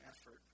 effort